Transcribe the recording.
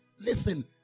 listen